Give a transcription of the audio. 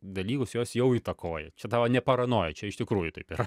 dalykus jos jau įtakoja čia tavo ne paranoja čia iš tikrųjų taip yra